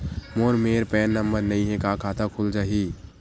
मोर मेर PAN number नई हे का खाता खुल जाही?